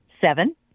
seven